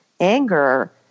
anger